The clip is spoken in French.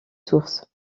sources